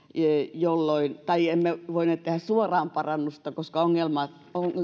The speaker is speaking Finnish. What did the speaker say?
tai emme voineet tehdä suoraan parannusta koska